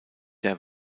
der